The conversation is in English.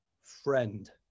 friend